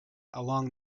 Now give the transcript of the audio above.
along